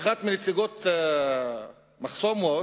אחת מנציגות "מחסום Watch"